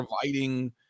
providing